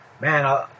man